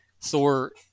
thor